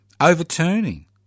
overturning